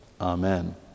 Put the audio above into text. Amen